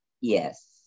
yes